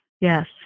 yes